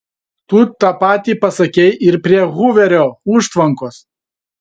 tu tą patį pasakei ir prie huverio užtvankos